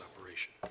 operation